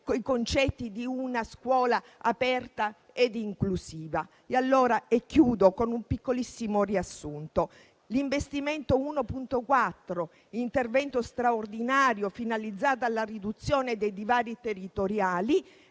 i concetti di una scuola aperta ed inclusiva. Chiudo con un piccolissimo riassunto, ricordando l'investimento 1.4, «Intervento straordinario finalizzato alla riduzione dei divari territoriali